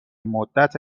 مدت